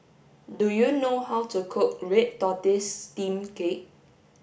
do you know how to cook red tortoise steamed cake